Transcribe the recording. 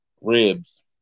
ribs